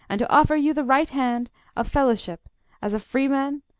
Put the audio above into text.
and to offer you the right hand of fellowship as a freeman,